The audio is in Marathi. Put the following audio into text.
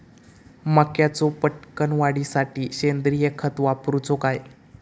मक्याचो पटकन वाढीसाठी सेंद्रिय खत वापरूचो काय?